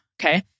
Okay